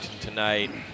tonight